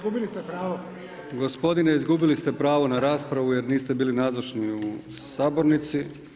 Gospodine izgubili ste pravo na raspravu jer niste bili nazočni u sabornici.